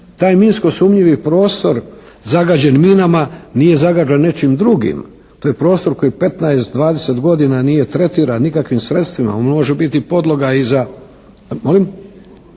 Taj minsko sumnjivi prostor zagađen minama nije zagađen nečim drugim, to je prostor koji 15, 20 godina nije tretiran nikakvim sredstvima, on može biti podloga i za